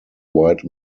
white